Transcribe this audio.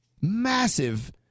massive